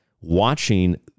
watching